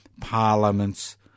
parliaments